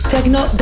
Techno